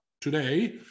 today